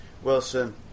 Wilson